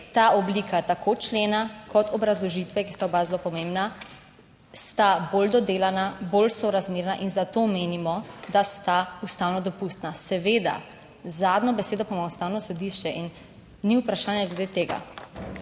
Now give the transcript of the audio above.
ta oblika tako člena kot obrazložitve, ki sta oba zelo pomembna, sta bolj dodelana, bolj sorazmerna in zato menimo, da sta ustavno dopustna. Seveda zadnjo besedo pa ima Ustavno sodišče in ni vprašanja glede tega.